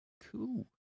Cool